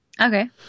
Okay